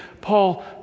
Paul